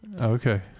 Okay